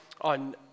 on